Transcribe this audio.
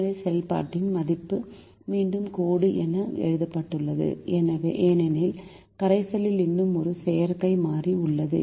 புறநிலை செயல்பாட்டின் மதிப்பு மீண்டும் கோடு என எழுதப்பட்டுள்ளது ஏனெனில் கரைசலில் இன்னும் ஒரு செயற்கை மாறி உள்ளது